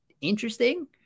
interesting